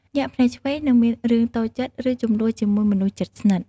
ញាក់ភ្នែកឆ្វេង នឹងមានរឿងតូចចិត្ត ឬជម្លោះជាមួយមនុស្សជិតស្និទ្ធ។